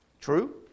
True